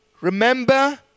remember